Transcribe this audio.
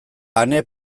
ane